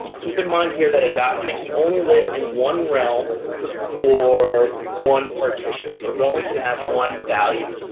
keep in mind here that a document can only live in one realm or one partition. so it only can have one value.